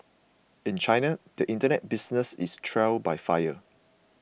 in China the Internet business is trial by fire